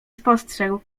spostrzegł